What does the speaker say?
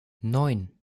neun